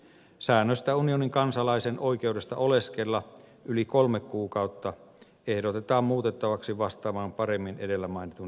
säännöstä unionin kansalaisen oikeudesta oleskella yli kolme kuukautta ehdotetaan muutettavaksi vastaamaan paremmin edellä mainitun direktiivin säännöksiä